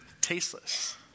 tasteless